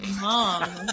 mom